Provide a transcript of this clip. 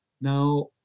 now